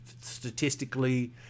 statistically